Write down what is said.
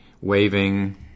waving